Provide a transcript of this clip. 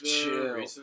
chill